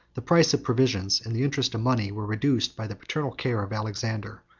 the price of provisions and the interest of money, were reduced by the paternal care of alexander,